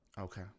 Okay